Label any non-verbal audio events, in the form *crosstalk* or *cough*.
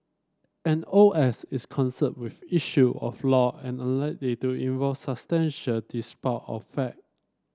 an O S is concerned with issue of law and *unintelligible* to involve substantial *unintelligible* of fact